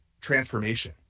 transformation